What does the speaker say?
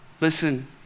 Listen